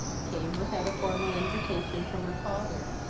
came without a formal invitation from her father,